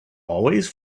always